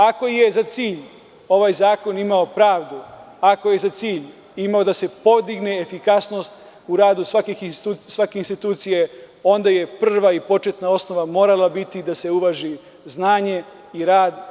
Ako je za cilj ovaj zakon imao pravdu, ako je za cilj imao da se podigne efikasnost u radu svake institucije, onda je prva i početna osnova morala biti da se uvaži znanje i rad.